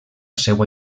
seua